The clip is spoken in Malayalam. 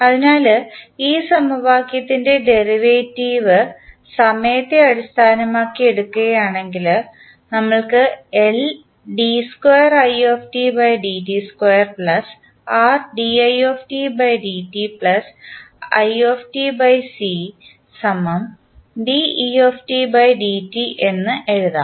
അതിനാൽ ഈ സമവാക്യത്തിൻറെ ഡെറിവേറ്റീവ് സമയത്തെ അടിസ്ഥാനമാക്കി എടുക്കുകയാണെങ്കിൽ നമ്മൾക്ക് എന്ന് എഴുതാം